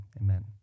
amen